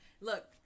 look